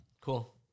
Cool